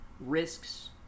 Risks